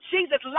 Jesus